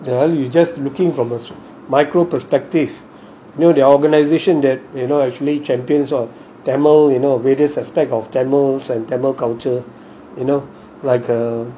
well you just speaking from a micro perspective you know there are organization that you know actually champions what tamil you know various aspect of tamils and tamil culture you know like ugh